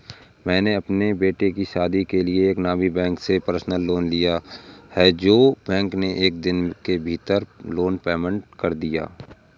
मैंने अपने बेटे की शादी के लिए एक नामी बैंक से पर्सनल लोन लिया है जो बैंक ने एक दिन के भीतर लोन पेमेंट कर दिया